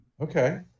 Okay